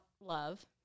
love